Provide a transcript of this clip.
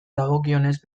dagokionez